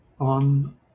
on